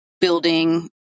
building